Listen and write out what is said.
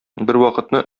бервакытны